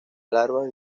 larvas